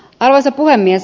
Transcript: arvoisa puhemies